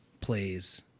plays